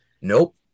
Nope